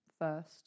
first